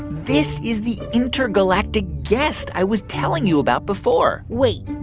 this is the intergalactic guest i was telling you about before wait,